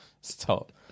Stop